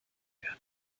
werden